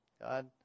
God